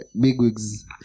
bigwigs